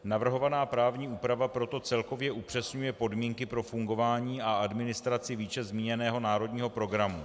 Navrhovaná právní úprava proto celkově upřesňuje podmínky pro fungování a administraci výše zmíněného národního programu.